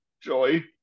joy